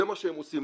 זה מה שהם עושים.